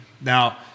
Now